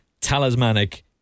Talismanic